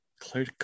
clear